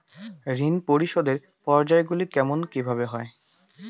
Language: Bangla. ঋণ পরিশোধের পর্যায়গুলি কেমন কিভাবে হয়?